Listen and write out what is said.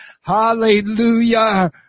hallelujah